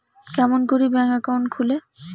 কেমন করি bank account খুলে?